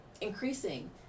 increasing